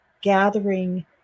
gathering